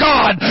God